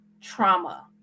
trauma